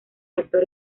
actor